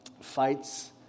fights